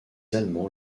allemands